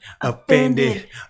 offended